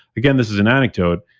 again this is an anecdote,